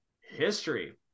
history